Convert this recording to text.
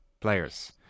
players